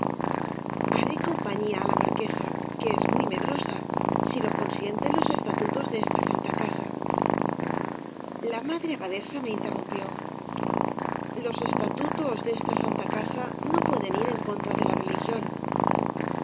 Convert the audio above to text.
haré compañía á la marquesa que es muy medrosa si lo consienten los estatutos de esta santa casa la madre abadesa me interrumpió los estatutos de esta santa casa no pueden ir en contra de la religión